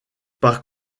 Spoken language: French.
par